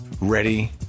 Ready